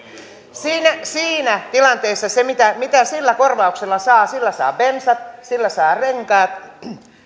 siinä tilanteessa se mitä mitä sillä korvauksella saa on se että sillä saa bensat sillä saa renkaat